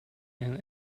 and